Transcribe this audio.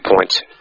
points